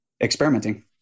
experimenting